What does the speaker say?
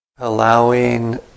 Allowing